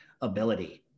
ability